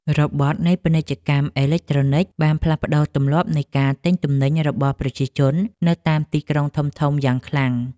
របត់នៃពាណិជ្ជកម្មអេឡិចត្រូនិកបានផ្លាស់ប្តូរទម្លាប់នៃការទិញទំនិញរបស់ប្រជាជននៅតាមទីក្រុងធំៗយ៉ាងខ្លាំង។